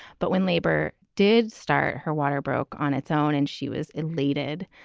but when labor did start, her water broke on its own and she was elated.